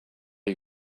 you